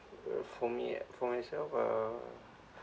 uh for me for myself uh